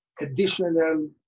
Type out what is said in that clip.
additional